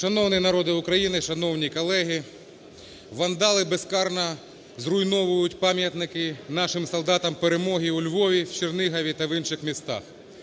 Шановний народе України! Шановні колеги! Вандали безкарно зруйновують пам'ятники нашим солдатам перемоги у Львові, в Чернігові та в інших містах.